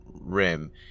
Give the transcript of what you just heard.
rim